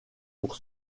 pour